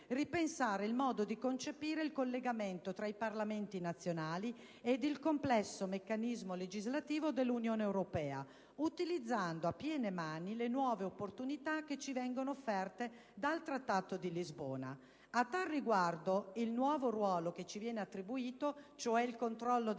ripensare il modo di concepire il collegamento tra i Parlamenti nazionali ed il complesso meccanismo legislativo dell'Unione europea, utilizzando a piene mani le nuove opportunità che ci vengono offerte dal Trattato di Lisbona, entrato in vigore lo scorso dicembre. A tal riguardo, il nuovo ruolo che ci viene attribuito, cioè il controllo della